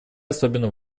особенно